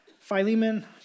Philemon